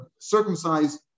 circumcised